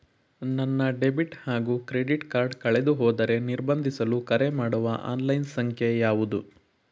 ನನ್ನ ಡೆಬಿಟ್ ಹಾಗೂ credit card ಕಳೆದುಹೋದರೆ ನಿರ್ಬಂಧಿಸಲು ಕರೆಮಾಡುವ ಆನ್ಲೈನ್ ಸಂಖ್ಯೆಯಾವುದು?